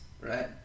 right